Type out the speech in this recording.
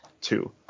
Two